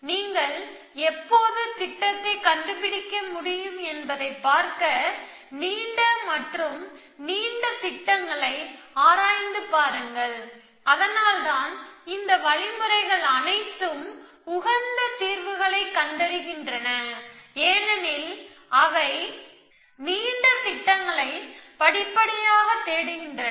நீங்கள் எப்போது திட்டத்தை கண்டுபிடிக்க முடியும் என்பதைப் பார்க்க நீண்ட மற்றும் நீண்ட திட்டங்களை ஆராய்ந்து பாருங்கள் அதனால்தான் இந்த வழிமுறைகள் அனைத்தும் உகந்த தீர்வுகளைக் கண்டறிகின்றன ஏனெனில் அவை நீண்ட திட்டங்களைத் படிப்படியாக தேடுகின்றன